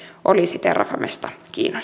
olisi terrafamesta